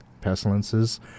pestilences